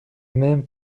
même